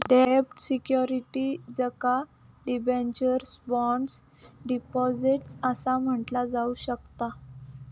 डेब्ट सिक्युरिटीजका debentures, bonds, deposits असा म्हटला जाऊ शकता